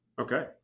okay